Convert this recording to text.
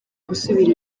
gusubira